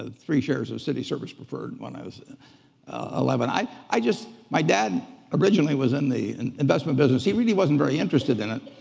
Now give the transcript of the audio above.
ah three shares of city service preferred when i was eleven. i i just, my dad originally was in the investment business. he really wasn't very interested in it,